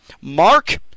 mark